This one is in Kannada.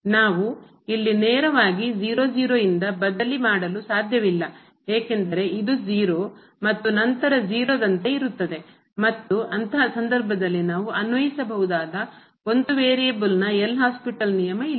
ನಾವು ಇಲ್ಲಿ ನೇರವಾಗಿ ಇಂದ ಬದಲಿ ಮಾಡಲು ಸಾಧ್ಯವಿಲ್ಲ ಏಕೆಂದರೆ ಇದು 0 ಮತ್ತು ನಂತರ 0 ಯಂತೆ ಇರುತ್ತದೆ ಮತ್ತು ಅಂತಹ ಸಂದರ್ಭದಲ್ಲಿ ನಾವು ಅನ್ವಯಿಸಬಹುದಾದ ಒಂದು ವೇರಿಯೇಬಲ್ ನ L Hospital ನಿಯಮ ಇಲ್ಲ